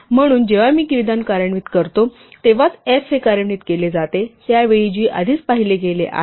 म्हणून जेव्हा मी विधान कार्यान्वित करतो तेव्हाच f हे कार्यान्वित केले जाते त्या वेळी g आधीच पाहिले गेले आहे